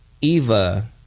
Eva